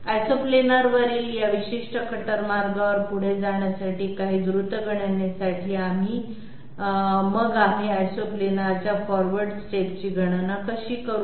आयसोप्लानरवरील या विशिष्ट कटर मार्गावर पुढे जाण्यासाठी काही द्रुत गणनेसाठी मग आम्ही आयसोप्लानरच्या फॉरवर्ड स्टेपची गणना कशी करू